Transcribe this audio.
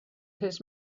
his